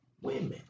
women